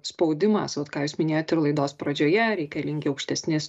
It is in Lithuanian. spaudimas vat ką jūs minėjot ir laidos pradžioje reikalingi aukštesnės